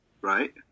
right